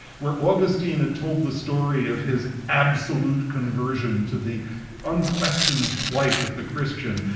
where augustine had told the story of his absolute conversion to the unquestioned life of the christian,